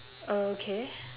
oh okay